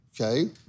Okay